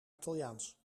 italiaans